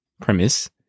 premise